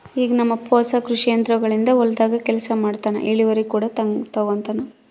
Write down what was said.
ಈಗ ನಮ್ಮಪ್ಪ ಹೊಸ ಕೃಷಿ ಯಂತ್ರೋಗಳಿಂದ ಹೊಲದಾಗ ಕೆಲಸ ಮಾಡ್ತನಾ, ಇಳಿವರಿ ಕೂಡ ತಂಗತಾನ